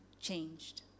changed